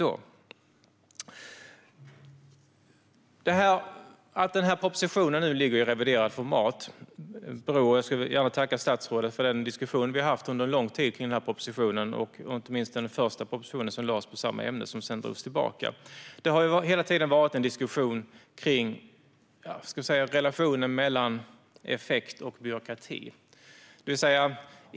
Nu ligger den här propositionen på riksdagens bord i reviderat format - och jag vill tacka statsrådet för den diskussion vi har fört under lång tid om propositionen, inte minst den första propositionen i samma ämne som senare drogs tillbaka. Det har hela tiden varit en diskussion om relationen mellan effekt och byråkrati.